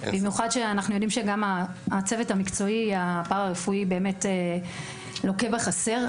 במיוחד כשאנחנו יודעים שגם הצוות המקצועי הפרא-רפואי באמת לוקה בחסר,